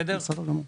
בסדר גמור.